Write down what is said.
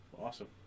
awesome